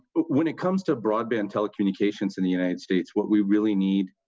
when it comes to broadband telecommunications in the united states what we really need,